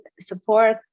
support